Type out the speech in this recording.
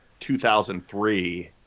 2003